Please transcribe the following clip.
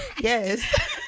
Yes